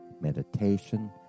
meditation